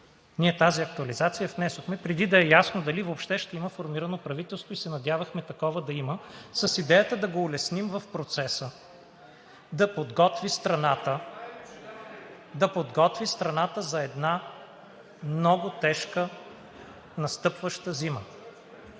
ние тази актуализация я внесохме преди да е ясно дали въобще ще има формирано правителство и се надявахме такова да има, с идеята да го улесним в процеса да подготви страната за една много тежка настъпваща зима,